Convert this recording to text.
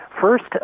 First